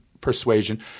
persuasion